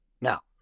Now